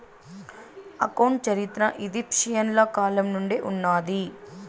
account చరిత్ర ఈజిప్షియన్ల కాలం నుండే ఉన్నాది